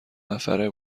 نفره